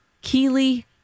Keely